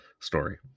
story